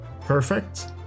perfect